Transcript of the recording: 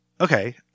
Okay